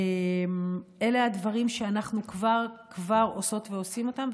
אלה הדברים שאנחנו כבר עושות ועושים אותם,